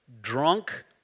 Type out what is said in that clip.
drunk